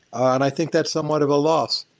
ah and i think that's somewhat of a loss.